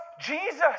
Jesus